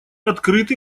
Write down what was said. открыты